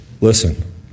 Listen